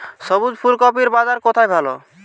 সবুজ ফুলকপির বাজার কোথায় ভালো?